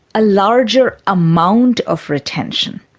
a larger amount of retention,